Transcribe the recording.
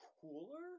cooler